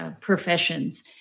professions –